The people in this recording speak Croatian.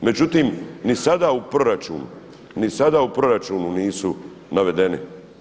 Međutim, ni sada u proračunu, ni sada u proračunu nisu navedeni.